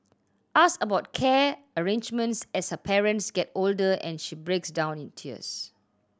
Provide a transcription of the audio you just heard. ask about care arrangements as her parents get older and she breaks down in tears